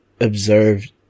observed